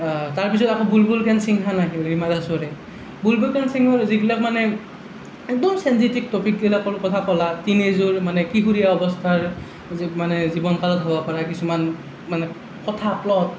তাৰ পিছত আকৌ বুলবুল কেন চিঙখন আহিল ৰীমা দাসৰে বুলবুল কেন চিঙৰ যিবিলাক মানে একদম চেঞ্জিটিভ টপিকবিলাকৰ কথা ক'লা টিনেজৰ মানে কিশোৰীয়া অৱস্থাৰ যি মানে জীৱন কালত হ'ব পাৰা কিছুমান মানে কথা প্লট